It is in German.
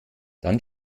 dann